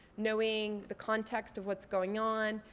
knowing the context of what's going on,